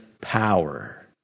power